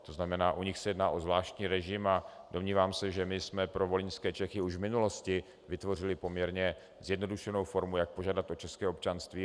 To znamená u nich se jedná o zvláštní režim a domnívám se, že jsme pro volyňské Čechy už v minulosti vytvořili poměrně zjednodušenou formu, jak požádat o české občanství.